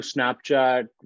Snapchat